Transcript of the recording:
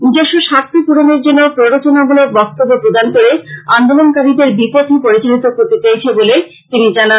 নিজস্ব স্বার্থ পূরনের জন্য প্রড়োচনামূলক বক্তব্য প্রদানকরে আন্দোলনকারীদের বিপথে পরিচালিত করতে চাইছে বলে তিনি জানান